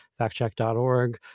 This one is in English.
factcheck.org